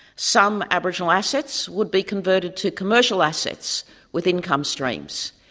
some aboriginal assets would be converted to commercial assets with income streams.